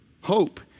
Hope